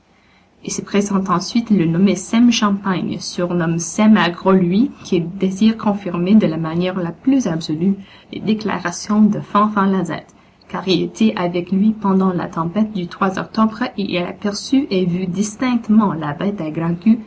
et se présente ensuite le nommé sem champagne surnommé sem à gros louis qui désire confirmer de la manière la plus absolue les déclarations de fanfan lazette car il était avec lui pendant la tempête du octobre et il a aperçu et vu distinctement la bête à grand'queue